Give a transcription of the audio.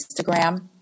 Instagram